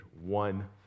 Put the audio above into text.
one